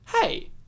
hey